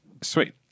Sweet